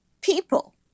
people